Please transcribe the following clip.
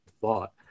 thought